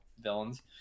villains